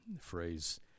phrase